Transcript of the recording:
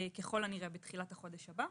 ככל הנראה, בתחילת החודש הבא.